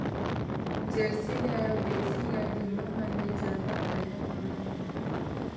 Jersey गाय अऊ देसी गाय दूनो मा ले जादा फायदा का मा हे?